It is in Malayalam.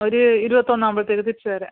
ഒരു ഇരുപത്തൊന്ന് ആവുമ്പോഴത്തേക്ക് തിരിച്ച് വരാൻ